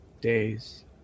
days